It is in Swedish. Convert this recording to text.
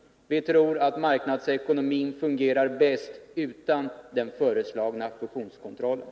Vi tror att marknadsekonomin fungerar bäst utan den föreslagna fusionskontrollen.